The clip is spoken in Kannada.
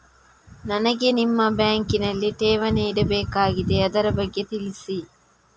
ನನಗೆ ನಿಮ್ಮ ಬ್ಯಾಂಕಿನಲ್ಲಿ ಠೇವಣಿ ಇಡಬೇಕಾಗಿದೆ, ಅದರ ಬಗ್ಗೆ ತಿಳಿಸಿ